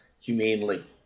humanely